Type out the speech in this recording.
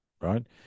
right